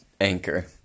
Anchor